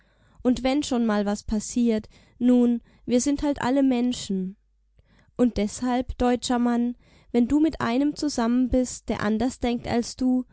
und wenn schon mal was passiert nun wir sind halt alle menschen und deshalb deutscher mann wenn du mit einem zusammen bist der anders denkt als du